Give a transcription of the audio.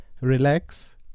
relax